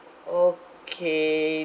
okay